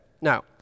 now